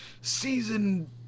Season